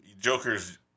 Joker's